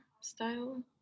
style